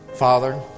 Father